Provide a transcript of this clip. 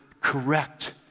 correct